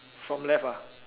from left ah